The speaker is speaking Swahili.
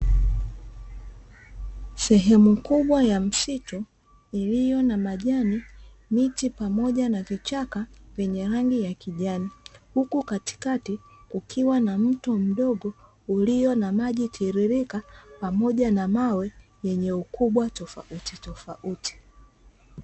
Sehemu kubwa ya msitu iliyo na majani, miti, pamoja na vichaka vyenye rangi ya kijani huku katikati kukiwa na mto mdogo ulio na maji tiririka pamoja na mawe yenye ukubwa tofautitofauti.